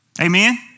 Amen